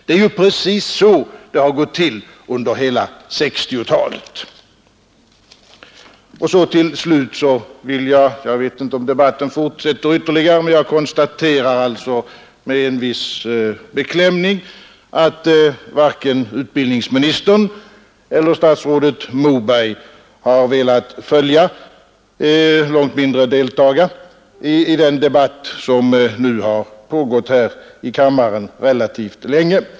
Det är precis så det har gått till under hela 1960-talet. Slutligen vill jag — även om jag inte vet om debatten fortsätter ytterligare — konstatera med en viss beklämning att varken utbildningsministern eller statsrådet Moberg har velat följa, långt mindre delta i den debatt som nu har pågått här i kammaren relativt länge.